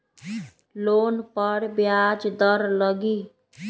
Loan पर ब्याज दर लगी?